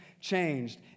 changed